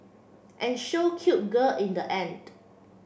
and show cute girl in the end